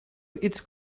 its